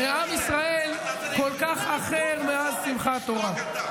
הרי עם ישראל כל כך אחר מאז שמחת תורה.